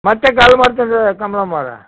ಮತ್ತೆ ಕಾಲು ಮಾಡ್ತೀನಿ ಕಮಲಮ್ಮೋ ರೇ